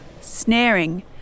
snaring